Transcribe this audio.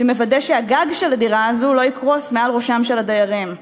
שמוודא שהגג של הדירה הזאת לא יקרוס מעל ראשם של הדיירים.